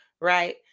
right